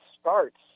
starts